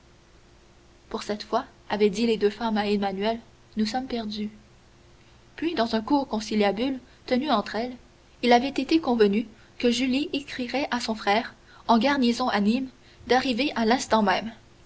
pour cette fois avaient dit les deux femmes à emmanuel nous sommes perdus puis dans un court conciliabule tenu entre elles il avait été convenu que julie écrirait à son frère en garnison à nîmes d'arriver à l'instant même